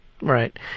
Right